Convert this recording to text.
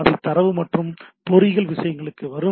அவை தரவு அல்லது பொறிகள் விஷயங்களுக்கு வரும்